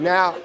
Now